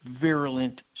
virulent